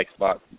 Xbox